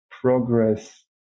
progress